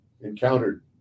encountered